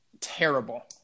terrible